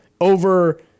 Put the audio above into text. over